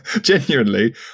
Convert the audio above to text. genuinely